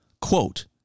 Quote